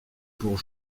pour